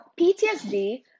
PTSD